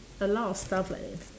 a lot of stuff like that